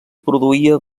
produïa